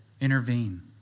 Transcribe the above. intervene